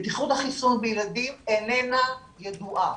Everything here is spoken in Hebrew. בטיחות החיסון בילדים איננה ידועה.